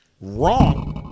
Wrong